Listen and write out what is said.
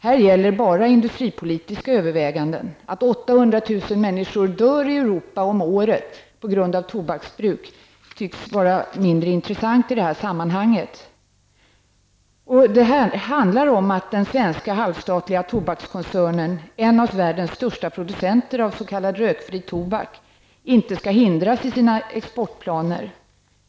Här gäller bara industripolitiska överväganden. Att 800 000 människor om året dör i Europa på grund av tobaksbruk tycks vara mindre intressant i det här sammanhanget. Här handlar det om att den svenska halvstatliga tobakskoncernen, en av världens största producenter av s.k. rökfri tobak, inte skall hindras i sina exportplaner.